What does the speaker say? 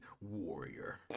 warrior